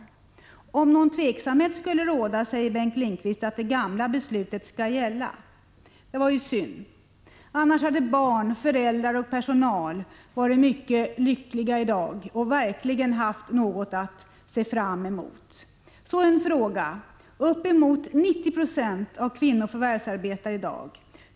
Bengt Lindqvist säger att om någon tveksamhet skulle råda, skall det gamla beslutet gälla. Ja, det var ju synd — annars hade barn, föräldrar och personal varit mycket lyckliga i dag, och de hade verkligen haft någonting att se fram emot. Sedan vill jag ställa en fråga. Uppemot 90 96 av kvinnorna förvärvsarbetar i dag.